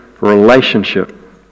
relationship